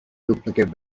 duplicate